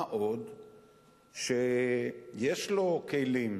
מה עוד שיש לו כלים,